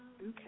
Okay